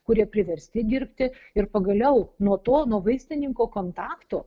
kurie priversti dirbti ir pagaliau nuo to nuo vaistininko kontaktų